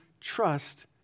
trust